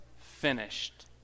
finished